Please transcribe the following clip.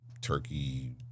turkey